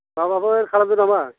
माबाफोर खालामदों नामा